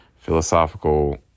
philosophical